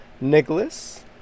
Nicholas